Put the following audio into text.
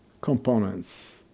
components